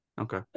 Okay